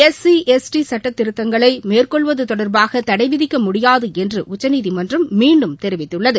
S C S T சட்டத்தில் திருத்தங்களை மேற்கொள்வது தொடர்பாக தடை விதிக்க முடியாது என்று உச்சநீதிமன்றம் மீண்டும் தெரிவித்துள்ளது